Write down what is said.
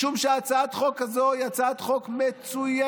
משום שהצעת חוק כזאת היא הצעת חוק מצוינת.